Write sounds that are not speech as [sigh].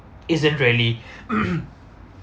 isn't really [coughs]